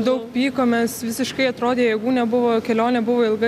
daug pykomės visiškai atrodė jėgų nebuvo kelionė buvo ilga